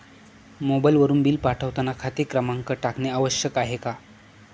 मोबाईलवरून बिल पाठवताना खाते क्रमांक टाकणे आवश्यक आहे का?